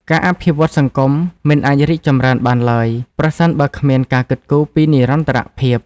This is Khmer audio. ការអភិវឌ្ឍន៍សង្គមមិនអាចរីកចម្រើនបានឡើយប្រសិនបើគ្មានការគិតគូរពីនិរន្តរភាព។